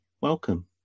welcome